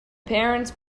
parents